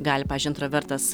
gali pavyzdžiui intravertas